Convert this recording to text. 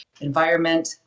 environment